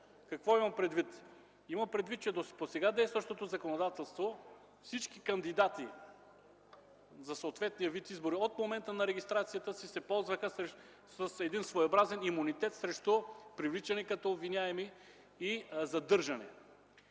Какво имам предвид? По сега действащото законодателство всички кандидати за съответния вид избори от момента на регистрацията си се ползваха с един своеобразен имунитет срещу привличане като обвиняеми и задържане.